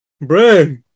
bro